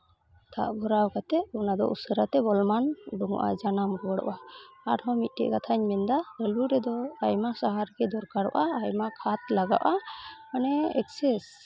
ᱫᱟᱜ ᱵᱷᱚᱨᱟᱣ ᱠᱟᱛᱮᱫ ᱚᱱᱟ ᱫᱚ ᱩᱥᱟᱹᱨᱟ ᱛᱮ ᱵᱚᱞᱢᱟᱱ ᱩᱰᱩᱠᱚᱜᱼᱟ ᱡᱟᱱᱟᱢ ᱨᱩᱣᱟᱹᱲᱚᱜᱼᱟ ᱟᱨᱦᱚᱸ ᱢᱤᱫᱴᱮᱡ ᱠᱟᱛᱷᱟᱧ ᱢᱮᱱᱫᱟ ᱟᱹᱞᱩ ᱨᱮᱫᱚ ᱟᱭᱢᱟ ᱥᱟᱦᱟᱨ ᱜᱮ ᱫᱚᱨᱠᱟᱨᱚᱜᱼᱟ ᱟᱭᱢᱟ ᱠᱷᱚᱛ ᱞᱟᱜᱟᱜᱼᱟ ᱢᱟᱱᱮ ᱮᱠᱥᱮᱥ